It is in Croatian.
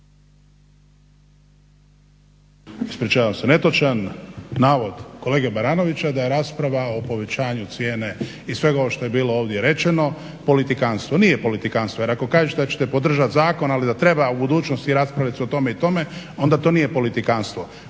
ispričavam se netočan navoda kolege Baranovića da je rasprava o povećanju cijene i svega ovog što je ovdje bilo rečeno politikanstvo. Nije politikanstvo. Nije politikanstvo, jer ako kažete da ćete podržati zakon ali da treba u budućnosti raspravit se o tome i tome onda to nije politikanstvo.